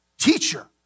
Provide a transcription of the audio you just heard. Teacher